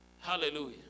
Hallelujah